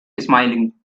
smiling